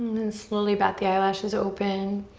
then slowly bat the eyelashes open,